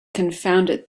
confounded